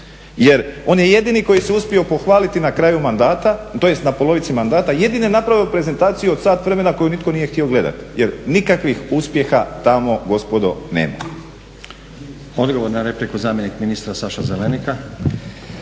Jer on je jedini koji se uspio pohvaliti na polovici mandata, jedini je napravio prezentaciju od sat vremena koju nitko nije htio gledati jer nikakvih uspjeha tamo gospodo nema.